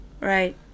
right